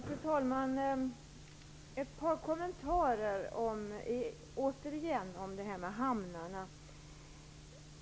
Fru talman! Ett par kommentarer till detta med hamnar.